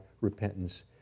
repentance